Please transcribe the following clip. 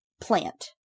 plant